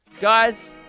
Guys